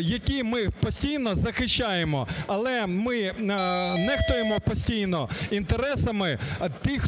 яких ми постійно захищаємо. Але ми нехтуємо постійно інтересами тих,